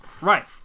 Right